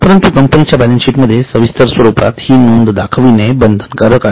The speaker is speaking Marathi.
परंतु कंपनीच्या बॅलन्सशीटमध्ये सविस्तर स्वरूपात हि नोंद दाखविणे बंधनकारक आहे